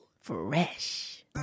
fresh